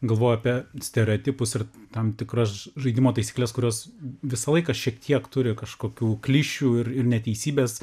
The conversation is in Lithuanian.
galvoju apie stereotipus ir tam tikras ž žaidimo taisykles kurios visą laiką šiek tiek turi kažkokių klišių ir ir neteisybės